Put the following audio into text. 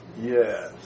yes